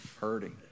hurting